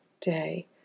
day